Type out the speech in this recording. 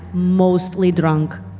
mostly drunk.